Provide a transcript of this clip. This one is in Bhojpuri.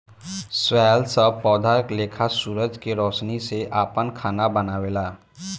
शैवाल सब पौधा लेखा सूरज के रौशनी से आपन खाना बनावेला